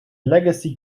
legacy